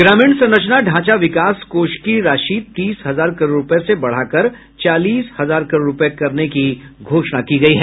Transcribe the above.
ग्रामीण संरचना ढांचा विकास कोष की राशि तीस हजार करोड़ रूपये से बढ़ाकर चालीस हजार करोड़ रूपये करने की घोषणा की गयी है